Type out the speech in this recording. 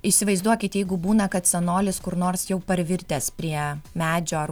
įsivaizduokit jeigu būna kad senolis kur nors jau parvirtęs prie medžio ar